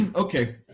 Okay